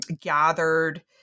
gathered